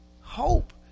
Hope